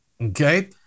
Okay